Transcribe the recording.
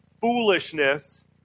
foolishness